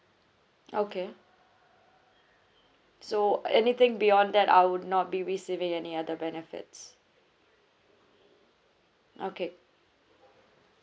okay so anything beyond that I would not be receiving any other benefits okay